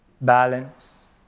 balance